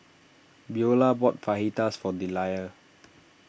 Beaulah bought Fajitas for Delia